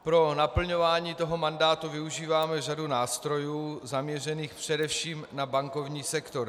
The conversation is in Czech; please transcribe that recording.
Pro naplňování toho mandátu využíváme řadu nástrojů zaměřených především na bankovní sektor.